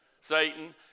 Satan